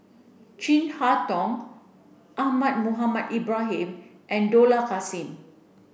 Chin Harn Tong Ahmad Mohamed Ibrahim and Dollah Kassim